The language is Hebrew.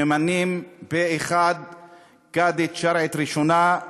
שזה יום היסטורי ורגע היסטורי שממנים פה אחד קאדית שרעית ראשונה.